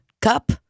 cup